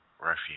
refuge